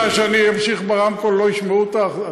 אם אתה רוצה שאני אמשיך ברמקול ולא ישמעו אותך,